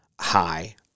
high